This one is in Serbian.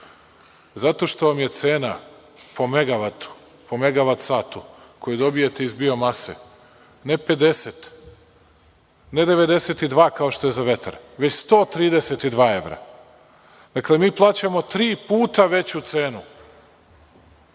Zato što vam je cena po megavat satu koji dobijete iz biomase ne 50, ne 92, kao što je za vetar, već 132 evra. Dakle, mi plaćamo tri puta veću cenu